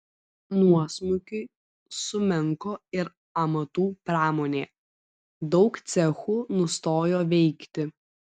nuosmukiui sumenko ir amatų pramonė daug cechų nustojo veikti